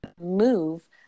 move